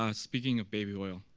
um speaking of baby oil.